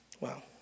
Wow